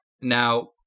Now